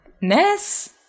ness